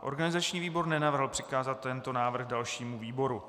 Organizační výbor nenavrhl přikázat tento návrh dalšímu výboru.